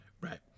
Right